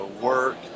work